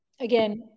Again